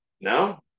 no